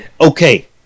Okay